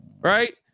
right